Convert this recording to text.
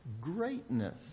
greatness